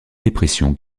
dépression